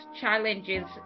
challenges